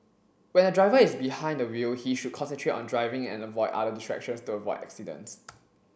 when a driver is behind the wheel he should concentrate on driving and avoid other distractions to avoid accidents